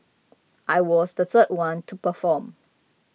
I was the third one to perform